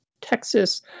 Texas